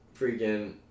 Freaking